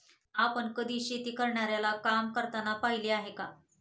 आपण कधी शेती करणाऱ्याला काम करताना पाहिले आहे का?